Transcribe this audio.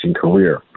career